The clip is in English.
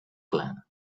clan